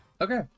Okay